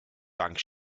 dank